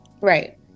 Right